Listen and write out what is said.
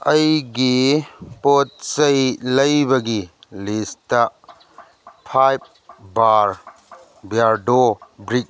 ꯑꯩꯒꯤ ꯄꯣꯠ ꯆꯩ ꯂꯩꯕꯒꯤ ꯂꯤꯁꯇ ꯐꯥꯏꯕ ꯕꯥꯔ ꯕꯤꯌꯥꯔꯗꯣ ꯒ꯭ꯔꯤꯛ